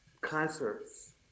concerts